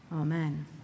Amen